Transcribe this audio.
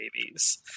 babies